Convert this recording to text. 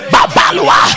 Babalua